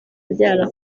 abyara